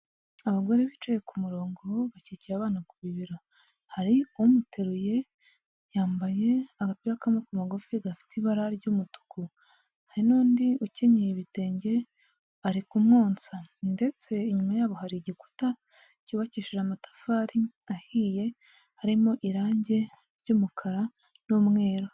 Abagore bicaye ku murongo bakikiye abana ku bibero, hari umuteruye yambaye agapira k'ama ku magufi gafite ibara ry'umutuku,, hari n'undi ukenyera ibitenge ari kumwonsa ndetse inyuma yabo hari igikuta cyubakishije amatafari ahiye harimo irangi ry'umukara n'umweru.